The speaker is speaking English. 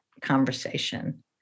conversation